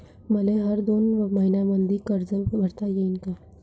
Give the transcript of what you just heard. मले हर दोन मयीन्यानंतर कर्ज भरता येईन का?